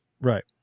Right